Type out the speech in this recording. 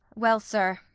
well, sir,